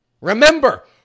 Remember